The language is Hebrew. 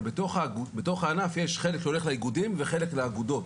אבל בתוך הענף יש חלק שהולך לאיגודים וחלק לאגודות.